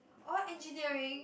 oh engineering